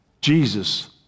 Jesus